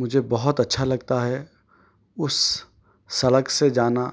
مجھے بہت اچھا لگتا ہے اس سڑک سے جانا